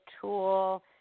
tool